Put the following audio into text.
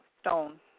stone